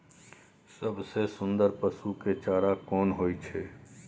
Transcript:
सबसे सुन्दर पसु के चारा कोन होय छै?